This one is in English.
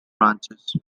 branches